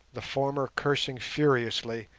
the former cursing furiously,